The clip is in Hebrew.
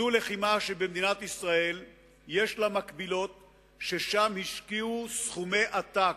זאת לחימה שבמדינת ישראל יש לה מקבילות שבהן השקיעו סכומי עתק.